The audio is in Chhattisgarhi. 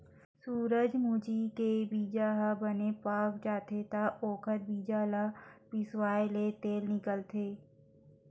सूरजमूजी के बीजा ह बने पाक जाथे त ओखर बीजा ल पिसवाएले तेल निकलथे